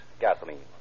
gasoline